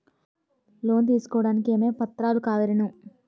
Loan తీసుకోడానికి ఏమేం పత్రాలు కావలెను?